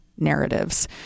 narratives